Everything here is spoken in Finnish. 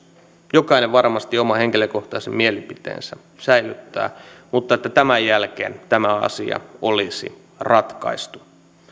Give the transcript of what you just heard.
jokainen varmasti oman henkilökohtaisen mielipiteensä säilyttää mutta tämän jälkeen tämä asia olisi ratkaistu